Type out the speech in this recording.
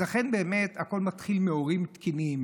אז לכן באמת הכול מתחיל מהורים תקינים,